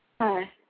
Hi